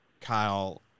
Kyle